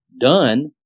done